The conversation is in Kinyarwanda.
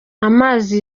amazi